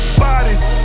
bodies